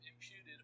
imputed